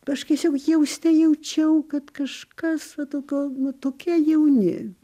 aš tiesiog jauste jaučiau kad kažkas va tokio tokie jauni